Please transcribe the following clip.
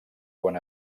quan